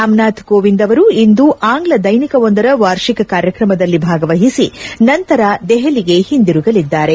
ರಾಮನಾಥ್ ಕೋವಿಂದ ಅವರು ಇಂದು ಆಂಗ್ಲ ದೈನಿಕವೊಂದರ ವಾರ್ಷಿಕ ಕಾರ್ಯಕ್ರಮದಲ್ಲಿ ಭಾಗವಹಿಸಿ ನಂತರ ದೆಹಲಿಗೆ ಹಿಂದಿರುಗಲಿದ್ದಾರೆ